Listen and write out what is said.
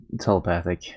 telepathic